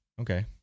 Okay